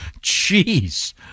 Jeez